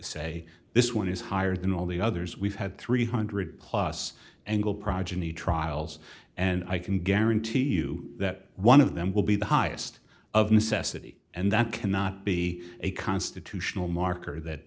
say this one is higher than all the others we've had three hundred dollars plus engle progeny trials and i can guarantee you that one of them will be the highest of necessity and that cannot be a constitutional marker that